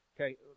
Okay